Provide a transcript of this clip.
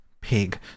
Pig